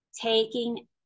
taking